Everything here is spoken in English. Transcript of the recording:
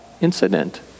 incident